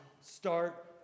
start